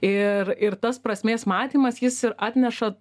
ir ir tas prasmės matymas jis ir atneša